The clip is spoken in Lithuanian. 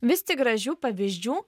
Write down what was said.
vis tik gražių pavyzdžių